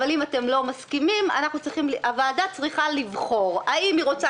אבל אם אתם לא מסכימים הוועדה צריכה לבחור: האם היא רוצה